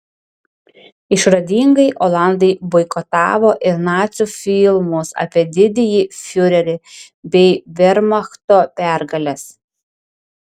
išradingai olandai boikotavo ir nacių filmus apie didįjį fiurerį bei vermachto pergales